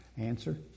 answer